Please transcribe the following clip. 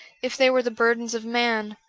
if they were the burdens of man,